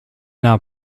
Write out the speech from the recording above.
now